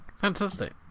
Fantastic